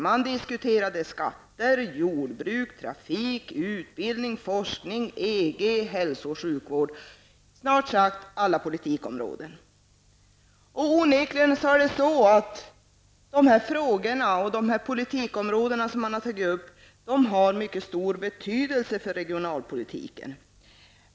Man diskuterade skatter, jordbruk, trafik, utbildning, forskning, EG, hälso och sjukvård, ja, snart sagt alla politikområden. Onekligen har de här frågorna och de politikområden som man har tagit upp mycket stor betydelse för regionalpolitiken.